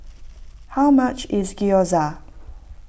how much is Gyoza